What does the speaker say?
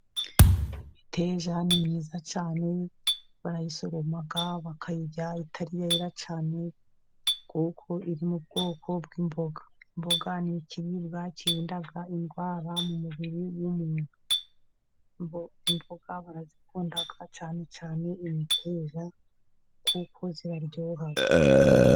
Imiteja ni myiza cyane barayisoroma bakayirya itariyera cyane kuko iri mu bwoko bw'imboga. Imboga ni ikiribwa kirinda indwara mu mubiri w'umuntu. Imboga barazikunda cyane cyane imiteja kuko ziraryoha.